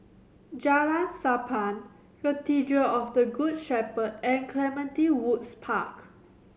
Jalan Sappan Cathedral of the Good Shepherd and Clementi Woods Park